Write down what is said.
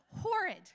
horrid